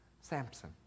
Samson